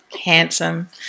Handsome